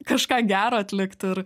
kažką gero atlikt ir